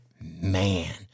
man